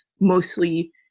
mostly